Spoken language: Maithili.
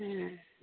हँ